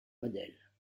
modèles